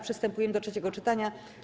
Przystępujemy do trzeciego czytania.